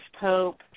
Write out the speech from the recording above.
pope